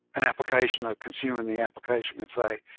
an application of consumer and the application can say,